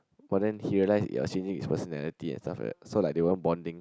but then he realized it was changing his personality and stuff like that so like they weren't bonding